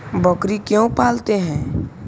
बकरी क्यों पालते है?